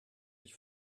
ich